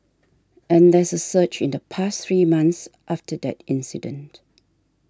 and there's a surge in the past three months after that incident